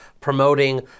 promoting